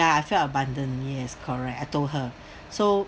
ya I felt abandoned yes correct I told her so